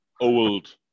old